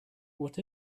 what